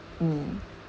mm